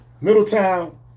Middletown